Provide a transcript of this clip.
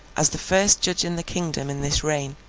as the first judge in the kingdom in this reign,